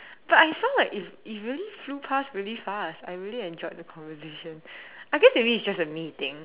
but I sound like it it really flew past really fast I really enjoyed the conversation I guess maybe it's just a me thing